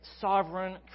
sovereign